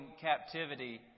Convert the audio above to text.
captivity